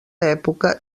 època